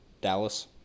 Dallas